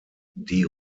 die